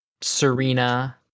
Serena